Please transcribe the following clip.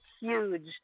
huge